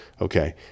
Okay